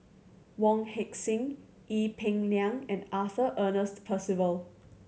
Wong Heck Sing Ee Peng Liang and Arthur Ernest Percival